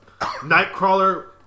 Nightcrawler